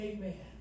Amen